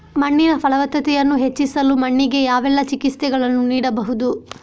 ಮಣ್ಣಿನ ಫಲವತ್ತತೆಯನ್ನು ಹೆಚ್ಚಿಸಲು ಮಣ್ಣಿಗೆ ಯಾವೆಲ್ಲಾ ಚಿಕಿತ್ಸೆಗಳನ್ನು ನೀಡಬಹುದು?